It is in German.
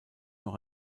noch